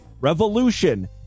revolution